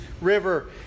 River